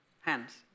hands